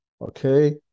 okay